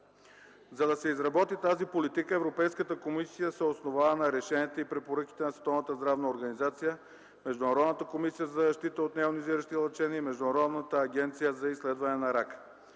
За да се изработи тази политика, Европейската комисия се основава на решенията и препоръките на Световната здравна организация, Международната комисия за защита от нейонизиращи лъчения, Международната агенция за изследване на рака.